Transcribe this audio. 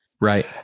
Right